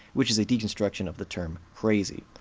which is a deconstruction of the term crazy.